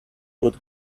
good